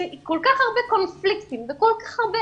עם כל כך הרבה קונפליקטים וכל כך הרבה